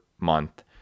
month